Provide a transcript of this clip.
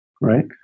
Right